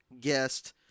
guest